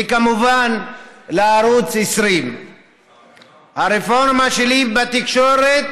וכמובן לערוץ 20. הרפורמה שלי בתקשורת